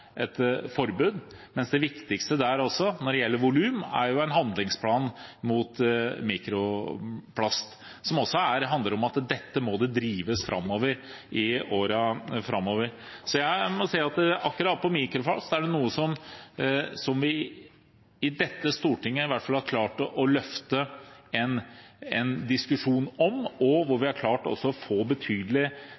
viktigste også der, også når det gjelder volum, er en handlingsplan mot mikroplast, som handler om at dette må drives framover i årene framfor oss. Så jeg må si at akkurat når det gjelder mikroplast, er det noe som vi i dette stortinget i hvert fall har klart å løfte en diskusjon om, og vi har også klart å få betydelige tiltak, fått et mønster og en retning på det arbeidet som vi